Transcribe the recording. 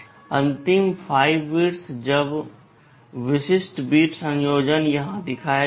अंतिम 5 बिट्स अब विशिष्ट बिट संयोजन यहां दिखाए गए हैं